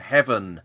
Heaven